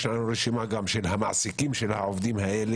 יש לנו רשימה של המעסיקים שלהם.